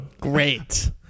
Great